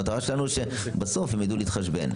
המטרה שלנו שבסוף הם יידעו להתחשבן.